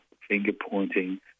finger-pointing